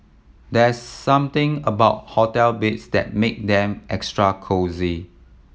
there's something about hotel beds that make them extra cosy